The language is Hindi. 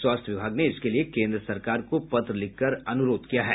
स्वास्थ्य विभाग ने इसके लिए केन्द्र सरकार को पत्र लिखकर अनुरोध किया है